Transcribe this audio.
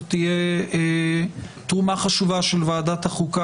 זו תהיה תרומה חשובה של ועדת החוקה